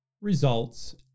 results